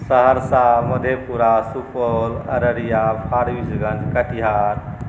Saharsa Madhepura Supaul Araria Forbesganj Katihar